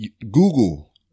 Google